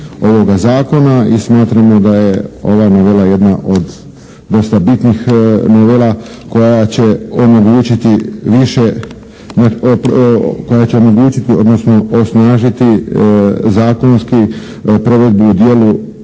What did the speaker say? I smatramo da je ova novela jedna od dosta bitnih novela koja će omogućiti više, koja će omogućiti,